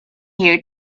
here